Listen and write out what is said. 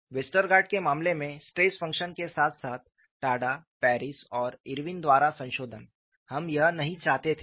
Westergaard के मामले में स्ट्रेस फंक्शन के साथ साथ टाडा पेरिस और इरविन द्वारा संशोधन हम यह नहीं चाहते थे